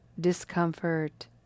discomfort